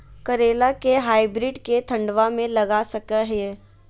करेला के हाइब्रिड के ठंडवा मे लगा सकय हैय?